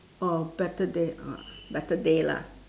or better day ah better day lah